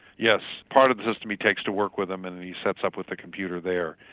yes, part of the system he takes to work with him and and he sets up with the computer there.